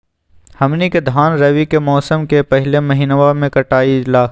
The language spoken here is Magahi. हमनी के धान रवि के मौसम के पहले महिनवा में कटाई ला